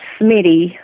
smitty